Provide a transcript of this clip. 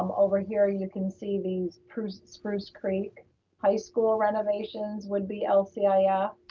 um over here you can see these spruce spruce creek high school renovations would be lcif ah yeah